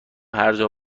هرجا